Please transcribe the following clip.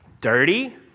Dirty